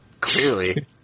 Clearly